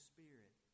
Spirit